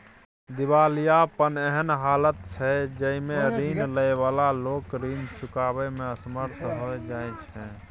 दिवालियापन एहन हालत छइ जइमे रीन लइ बला लोक रीन चुकाबइ में असमर्थ हो जाइ छै